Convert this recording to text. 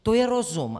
To je rozum.